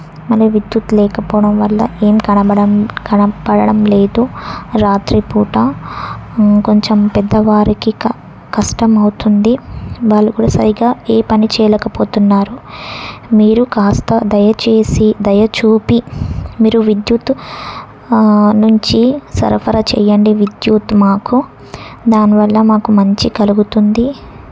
మన విద్యుత్ లేకపోవడం వల్ల ఏం కనబడటం కనబడటం లేదు రాత్రిపూట కొంచెం పెద్దవారికి క కష్టమవుతుంది వాళ్ళు కూడా సరిగ్గా ఏ పని చేయలేకపోతున్నారు మీరు కాస్త దయచేసి దయచూపి మీరు విద్యుత్తు నుంచి సరఫరా చేయండి విద్యుత్ మాకు దానివల్ల మాకు మంచి కలుగుతుంది